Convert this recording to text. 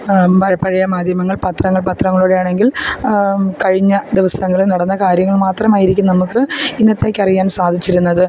പഴയ മാധ്യമങ്ങൾ പത്രങ്ങൾ പത്രങ്ങളിലൂടെ ആണെങ്കിൽ കഴിഞ്ഞ ദിവസങ്ങളിൽ നടന്ന കാര്യങ്ങൾ മാത്രമായിരിക്കും നമുക്ക് ഇന്നത്തേക്ക് അറിയാൻ സാധിച്ചിരുന്നത്